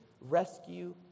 rescue